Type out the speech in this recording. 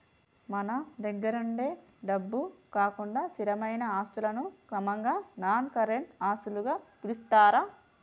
మన దగ్గరుండే డబ్బు కాకుండా స్థిరమైన ఆస్తులను క్రమంగా నాన్ కరెంట్ ఆస్తులుగా పిలుత్తారు